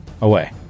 away